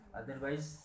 otherwise